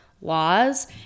laws